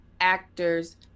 actors